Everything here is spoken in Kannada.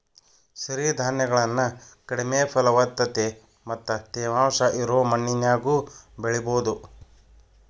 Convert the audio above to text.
ಸಿರಿಧಾನ್ಯಗಳನ್ನ ಕಡಿಮೆ ಫಲವತ್ತತೆ ಮತ್ತ ತೇವಾಂಶ ಇರೋ ಮಣ್ಣಿನ್ಯಾಗು ಬೆಳಿಬೊದು